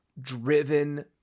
driven